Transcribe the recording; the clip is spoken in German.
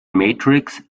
matrix